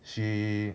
she